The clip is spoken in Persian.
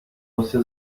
واسه